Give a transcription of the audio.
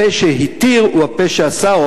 הפה שהתיר הוא הפה שאסר,